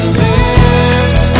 lives